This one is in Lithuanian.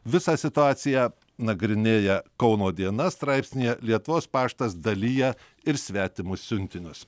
visą situaciją nagrinėję kauno diena straipsnyje lietuvos paštas dalija ir svetimus siuntinius